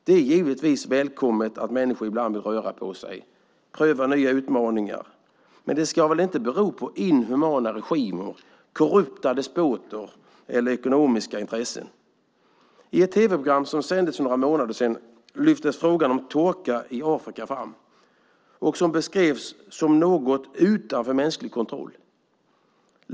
Det är givetvis välkommet att människor ibland vill röra på sig och pröva nya utmaningar, men det ska väl inte bero på inhumana regimer, korrupta despoter eller ekonomiska intressen? I ett tv-program som sändes för några månader sedan lyftes frågan om torka i Afrika fram. Den beskrevs som något utanför mänsklig kontroll.